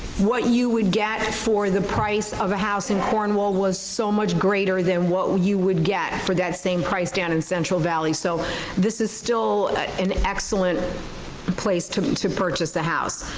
what you would get for the price of a house in cornwall was so much greater than what you would get for that same price down in central valley. so this is still an excellent place to to purchase a house.